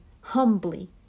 humbly